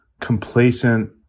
complacent